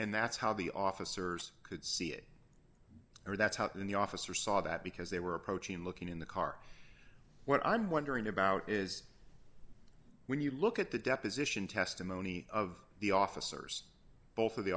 and that's how the officers could see it or that's how the officer saw that because they were approaching looking in the car what i'm wondering about is when you look at the deposition testimony of the officers both of the